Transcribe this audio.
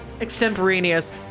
extemporaneous